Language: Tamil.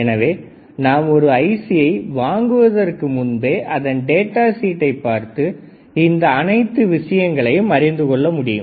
எனவே நாம் ஒரு ஐசியை வாங்குவதற்கு முன்பே அதன் டேட்டா ஷீட்டைப் பார்த்து இந்த அனைத்து விஷயங்களையும் அறிந்து கொள்ள முடியும்